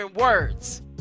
words